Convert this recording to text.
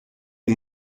les